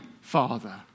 Father